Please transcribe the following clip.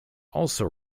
also